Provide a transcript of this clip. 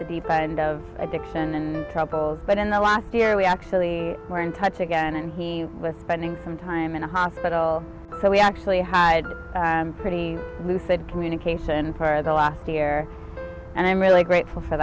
the deep end of addiction and troubles but in the last year we actually were in touch again and he was spending some time in a hospital so we actually had pretty lucid communication per the last year and i'm really grateful for